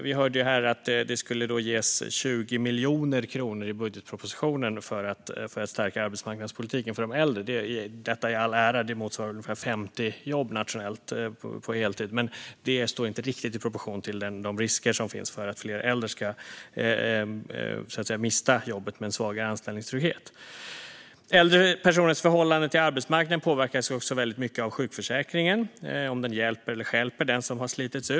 Vi hörde här att det skulle ges 20 miljoner kronor i budgetpropositionen för att stärka arbetsmarknadspolitiken för de äldre. Detta motsvarar i all ära ungefär 50 jobb på heltid nationellt. Det står inte riktigt i proportion till de risker som finns för att fler äldre ska mista jobbet med en svagare anställningstrygghet. Äldre personers förhållande till arbetsmarknaden påverkas också mycket av sjukförsäkringen, av om den hjälper eller stjälper den som har slitits ut.